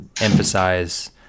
emphasize